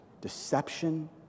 deception